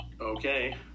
okay